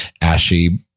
ashy